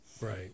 Right